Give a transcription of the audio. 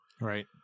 right